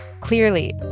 Clearly